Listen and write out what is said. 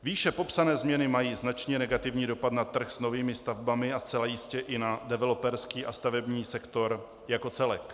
Výše popsané změny mají značně negativní dopad na trh s novými stavbami a zcela jistě i na developerský a stavební sektor jako celek.